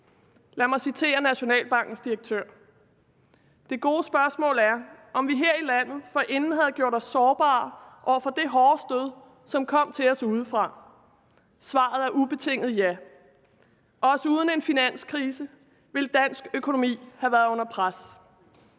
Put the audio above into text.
Lad mig citere Nationalbankens direktør: Det gode spørgsmål er, om vi her i landet forinden havde gjort os sårbare over for det hårde stød, som kom til os udefra. Svaret er et ubetinget ja. Også uden en finanskrise ville dansk økonomi have været under pres.